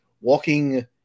walking